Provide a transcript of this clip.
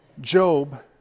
Job